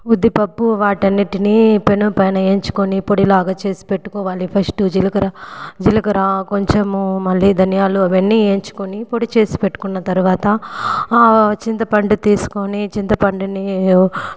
ఉద్దిపప్పు వాటన్నింటిని పెనంపైన వేయించుకొని పొడి లాగ చేసిపెట్టుకోవాలి ఫస్ట్ జిలకర జిలకర కొంచెము మళ్ళీ ధనియాలు అవన్నీ వేయించుకొని పొడి చేసి పెట్టుకున్న తర్వాత చింతపండు తీసుకొని చింతపండుని